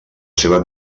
seva